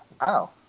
wow